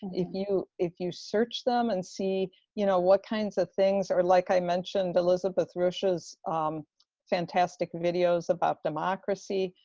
and if you if you search them and see, you know, what kinds of things are like i mentioned elizabeth rusch's fantastic videos about democracy.